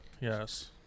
Yes